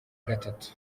gatatu